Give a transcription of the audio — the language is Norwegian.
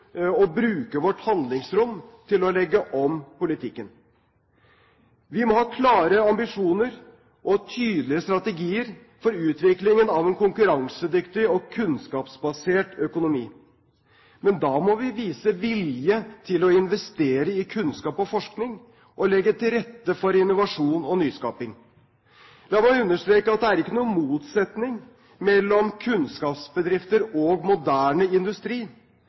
å bruke vårt handlingsrom til å legge om politikken. Vi må ha klare ambisjoner og tydelige strategier for utviklingen av en konkurransedyktig og kunnskapsbasert økonomi. Men da må vi vise vilje til å investere i kunnskap og forskning og legge til rette for innovasjon og nyskaping. La meg understreke at det ikke er noen motsetning mellom kunnskapsbedrifter og moderne industri.